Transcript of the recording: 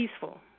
peaceful